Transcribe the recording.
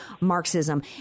Marxism